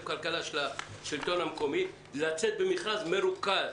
וכלכלה של השלטון המקומי לצאת במכרז מרוכז.